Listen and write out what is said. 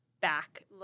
back